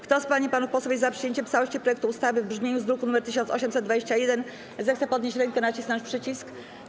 Kto z pań i panów posłów jest za przyjęciem w całości projektu ustawy w brzmieniu z druku nr 1821, zechce podnieść rękę i nacisnąć przycisk.